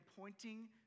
pointing